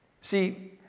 See